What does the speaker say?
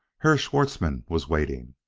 herr schwartzmann was waiting.